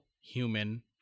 human